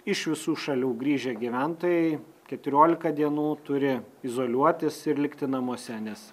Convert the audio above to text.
iš visų šalių grįžę gyventojai keturiolika dienų turi izoliuotis ir likti namuose nes